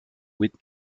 with